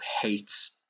hates